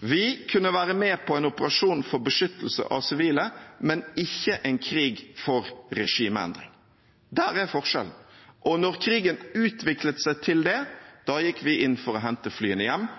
Vi kunne være med på en operasjon for beskyttelse av sivile, men ikke en krig for regimeendring. Der er forskjellen. Og da krigen utviklet seg til det, gikk vi inn for å hente flyene hjem,